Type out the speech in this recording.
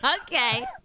Okay